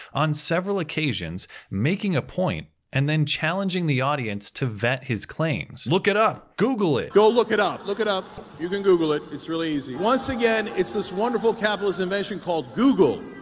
on several occasions making a point, and then challenging the audience to vet his claims. look it up! google it! go look it up! look it up. you can google it, it's real easy. once again, it's this wonderful capitalist invention called google.